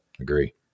Agree